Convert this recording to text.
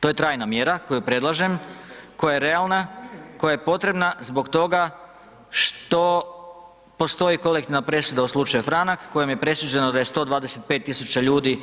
To je trajna mjera koju predlažem, koja je realna, koja je potrebna zbog toga što postoji kolektivna presuda u slučaju Franak kojom je presuđeno da je 125.000 ljudi